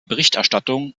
berichterstattung